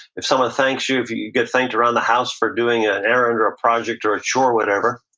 if someone thanks you, if you get thanked around the house for doing an errand or a project or a chore, whatever,